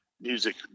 Music